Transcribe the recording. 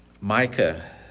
Micah